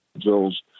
drills